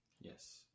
Yes